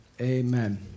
amen